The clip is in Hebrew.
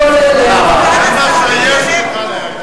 חבר הכנסת קרא.